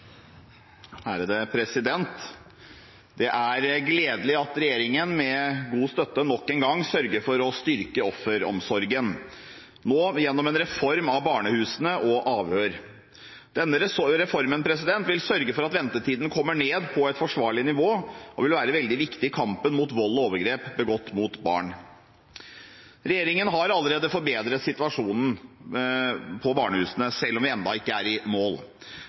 gledelig at regjeringen, med god støtte, nok en gang sørger for å styrke offeromsorgen – nå gjennom en reform av barnehusene og avhør. Denne reformen vil sørge for at ventetiden kommer ned på et forsvarlig nivå, og vil være veldig viktig i kampen mot vold og overgrep begått mot barn. Regjeringen har allerede forbedret situasjonen på barnehusene, selv om vi ennå ikke er i mål.